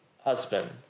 husband